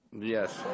Yes